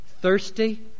thirsty